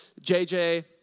JJ